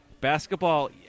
Basketball